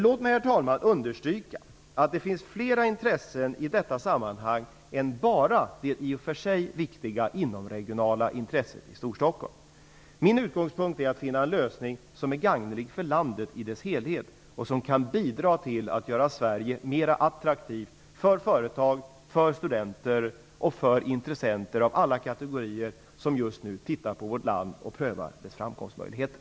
Låt mig, herr talman, understryka att det i detta sammanhang finns fler intressen än bara det i och för sig viktiga inomregionala intresset i Storstockholm. Min utgångspunkt är att finna en lösning som är gagnelig för landet i dess helhet och som kan bidra till att göra Sverige mer attraktivt för företag, för studenter och för intressenter av alla kategorier som just nu tittar på vårt land och prövar dess framkomstmöjligheter.